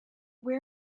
where